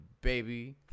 baby